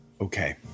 Okay